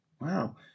Wow